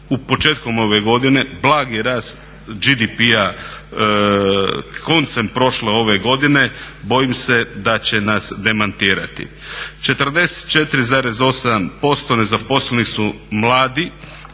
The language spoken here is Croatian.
početkom ove godine blagi rad BDP-a koncem prošle, ove godine bojim se da će nas demantirati. 44,8% nezaposlenih su mladi